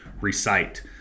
recite